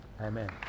Amen